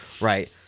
Right